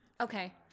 Okay